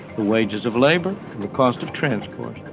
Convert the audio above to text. the wages of labor, and the cost of transport,